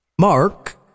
Mark